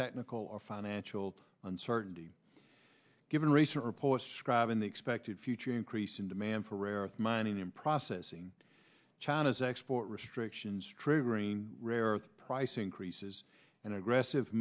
technical or financial uncertainty given recent reports scribing the expected future increase in demand for rare earth mining and processing china's export restrictions triggering rare earth price increases and aggressive